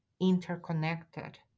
interconnected